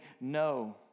no